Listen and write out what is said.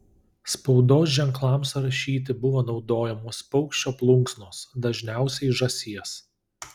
spaudos ženklams rašyti buvo naudojamos paukščio plunksnos dažniausiai žąsies